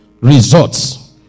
results